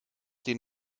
den